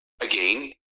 Again